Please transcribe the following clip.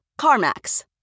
CarMax